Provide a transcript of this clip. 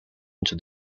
into